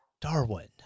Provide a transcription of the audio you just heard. Darwin